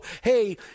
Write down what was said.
hey